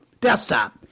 desktop